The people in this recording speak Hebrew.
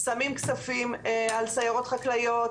שמים כספים על סיירות חקלאיות,